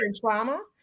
trauma